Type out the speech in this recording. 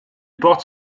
porte